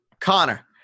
Connor